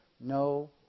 No